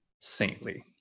saintly